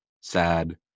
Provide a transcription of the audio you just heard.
sad